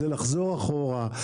זה לחזור אחורה,